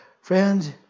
Friends